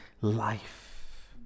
life